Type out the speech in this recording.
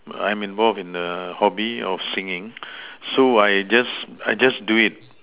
I'm involved in the hobby of singing so I just I just do it